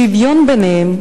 שוויון ביניהם,